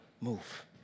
move